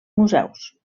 museus